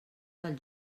del